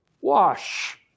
wash